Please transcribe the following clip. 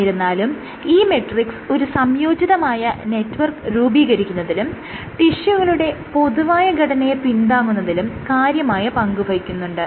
എന്നിരുന്നാലും ഈ മെട്രിക്സ് ഒരു സംയോജിതമായ നെറ്റ്വർക്ക് രൂപീകരിക്കുന്നതിലും ടിഷ്യുകളുടെ പൊതുവായ ഘടനയെ പിന്താങ്ങുന്നതിലും കാര്യമായ പങ്കുവഹിക്കുന്നുണ്ട്